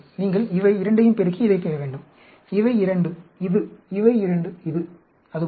நீங்கள் இவை 2 ஐ யும் பெருக்கி இதைப் பெற வேண்டும் இவை 2 இது இவை 2 இது அது போல